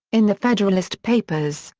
in the federalist papers,